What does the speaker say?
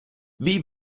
wie